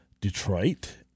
Detroit